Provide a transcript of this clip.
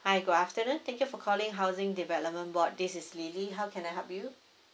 hi good afternoon thank you for calling housing development board this is lily how can I help you